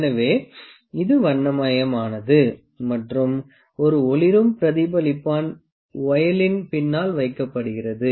எனவே இது வண்ணமயமானது மற்றும் ஒரு ஒளிரும் பிரதிபலிப்பான் வொயிலின் பின்னால் வைக்கப்படுகிறது